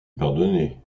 pardonner